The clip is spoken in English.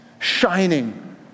Shining